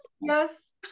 Yes